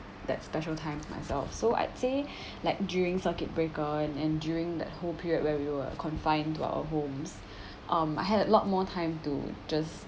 that special time to myself so I'd say like during circuit breaker and during that whole period where we were confined to our homes um I had a lot more time to just